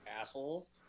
assholes